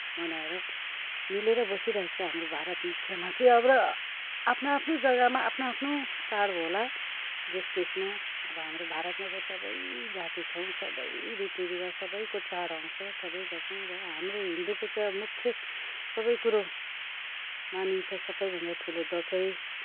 बनाएर मिलेर बसिरहेको छ हाम्रो भारतमा मूख्यमा चाहिँ अब र आफ्नो आफ्नो जग्गामा आफ्नो आफ्नो चाड होला देश देशमा अब हाम्रो भारतमा त सबै जाति छौँ सबैको रीति रिवाज सबैको चाड आउँछ सबै गर्छौँ र हाम्रो हिन्दूको चाहिँ अब मुख्य सबै कुरो मानिन्छ सबैभन्दा ठुलो दसैँ